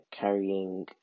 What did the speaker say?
carrying